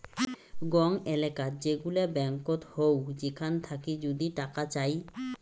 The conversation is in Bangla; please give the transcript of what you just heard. গং এলেকাত যেগুলা ব্যাঙ্কত হউ সেখান থাকি যদি টাকা চাই